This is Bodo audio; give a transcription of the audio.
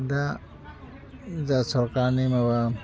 दा जा सरकारनि माबा